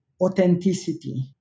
authenticity